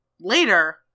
later